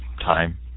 time